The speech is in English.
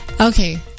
okay